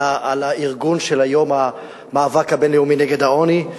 על הארגון של יום המאבק הבין-לאומי נגד העוני,